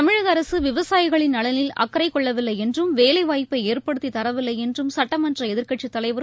தமிழக அரசு விவசாயிகளின் நலனில் அக்கறைக்கொள்ளவில்லை என்றும் வேலை வாய்ப்பை ஏற்படுத்தித் தரவில்லை என்றும் சட்டமன்ற எதிர்க்கட்சித் தலைவரும்